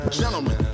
gentlemen